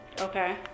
Okay